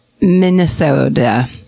Minnesota